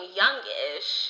youngish